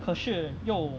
可是又